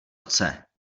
chce